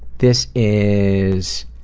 this is